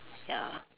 ya